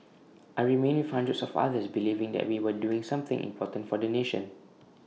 I remained with hundreds of others believing that we were doing something important for the nation